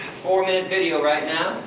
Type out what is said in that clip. four minute video right now,